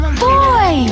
boy